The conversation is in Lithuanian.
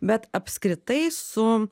bet apskritai su